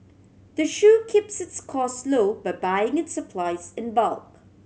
the shop keeps its cost low by buying its supplies in bulk